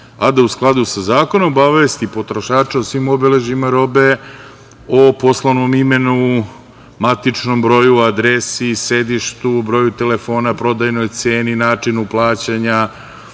a da u skladu sa zakonom obavesti potrošača o svim obeležjima robe, o poslovnom imenu, matičnom broju, adresi, sedištu, broju telefona, prodajnoj ceni, načinu plaćanja,